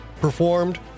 Performed